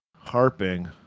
harping